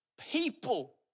people